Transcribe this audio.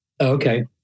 Okay